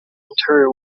ontario